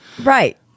Right